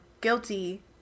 guilty